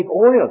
oil